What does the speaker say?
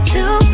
Two